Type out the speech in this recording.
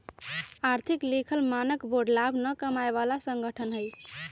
आर्थिक लिखल मानक बोर्ड लाभ न कमाय बला संगठन हइ